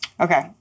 Okay